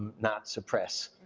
not suppress?